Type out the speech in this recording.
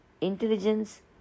intelligence